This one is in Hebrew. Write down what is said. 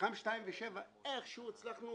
מתחם 2 ו-7 איכשהו הצלחנו